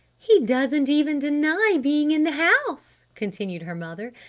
he doesn't even deny being in the house, continued her mother,